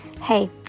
Hey